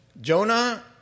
Jonah